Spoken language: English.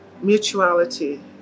mutuality